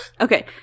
okay